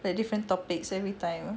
like different topics every time